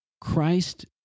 Christ